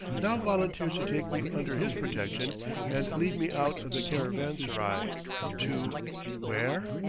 now volunteers to take me under his protection and lead me out of the caravanserai to where?